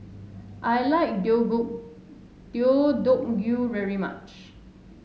I like Deodeok Gui very much